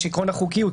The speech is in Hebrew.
יש את עיקרון החוקיות,